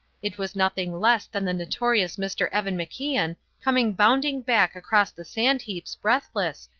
it was nothing less than the notorious mr. evan macian coming bounding back across the sand-heaps breathless,